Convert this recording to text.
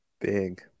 Big